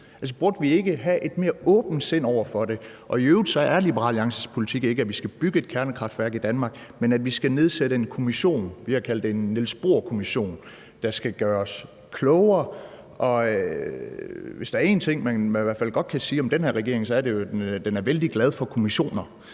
burde vi ikke have et mere åbent sind over for det? I øvrigt er Liberal Alliances politik ikke, at vi skal bygge et kernekraftværk i Danmark, men at vi skal nedsætte en kommission – vi har kaldt det en Niels Bohr-kommission – der skal gøre os klogere. Og hvis der er én ting, man i hvert fald godt kan sige om den her regering, er det jo, at den er vældig glad for kommissioner,